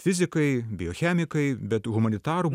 fizikai biochemikai bet humanitarų